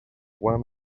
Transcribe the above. one